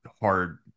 hard